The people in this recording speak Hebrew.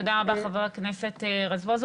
תודה רבה, חבר הכנסת רזבוזוב.